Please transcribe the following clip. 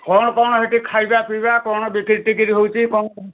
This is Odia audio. କ'ଣ କ'ଣ ହେଟି ଖାଇବା ପିଇବା କ'ଣ ବିକ୍ରି ଟିକ୍ରି ହେଉଛି କ'ଣ